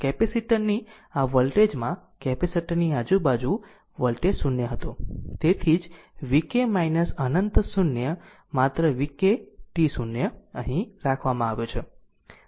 આ કેપેસિટર ની આ વોલ્ટેજ માં કેપેસિટર ની આજુબાજુ વોલ્ટેજ 0 હતી તેથી તેથી જ vk અનંત 0 માત્ર vk t 0 અહીં રાખવામાં આવ્યું છે